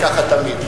זה ככה תמיד.